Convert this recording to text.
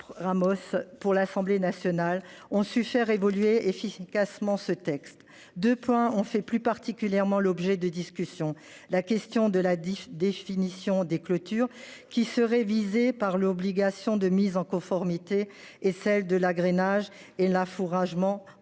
Ramos pour l'Assemblée nationale ont su faire évoluer efficacement ce texte de points, on fait plus particulièrement l'objet de discussions, la question de la diff, définition des clôtures qui seraient visés par l'obligation de mise en conformité et celle de l'agrainage et la fourrage ment en